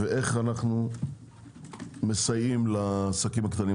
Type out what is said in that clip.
ואיך אנו מסייעים לעסקים הקטנים.